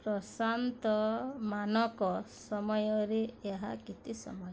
ପ୍ରଶାନ୍ତ ମାନକ ସମୟରେ ଏହା କେତେ ସମୟ